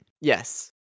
Yes